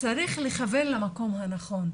צריך לכוון למקום הנכון.